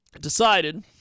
decided